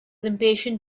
impatient